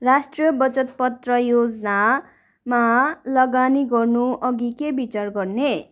राष्ट्रिय बचत पत्र योजनामा लगानी गर्नु अघि के विचार गर्ने